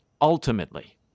Ultimately